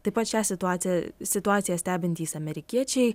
taip pat šią situaciją situaciją stebintys amerikiečiai